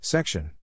Section